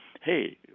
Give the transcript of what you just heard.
hey